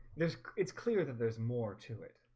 there's it's clear that there's more to it